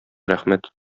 рәхмәт